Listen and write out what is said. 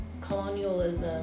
colonialism